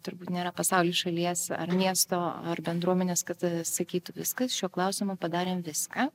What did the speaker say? turbūt nėra pasauly šalies ar miesto ar bendruomenės kad sakytų viskas šiuo klausimu padarėm viską